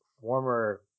former